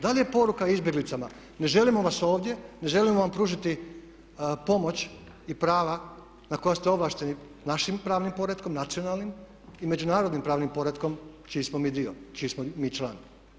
Da li je poruka izbjeglicama ne želimo vas ovdje, ne želimo vam pružiti pomoć i prava na koja ste ovlašteni našim pravnim poretkom, nacionalnim i međunarodnim pravnim poretkom čiji smo mi dio, čiji smo mi član.